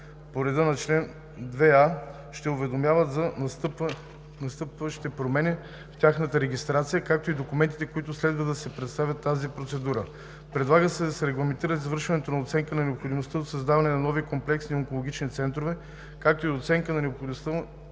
по реда на чл. 2а, ще уведомяват за настъпилите промени в тяхната регистрация, както и документите, които следва да се представят в тази процедура. Предлага се да се регламентира извършването на оценка на необходимостта от създаване на нови комплексни онкологични центрове, както и оценка за необходимостта